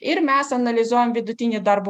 ir mes analizuojam vidutinį darbo